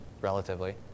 relatively